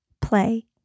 play